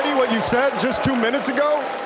what you said just two minutes ago? yeah,